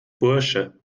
bursche